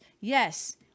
Yes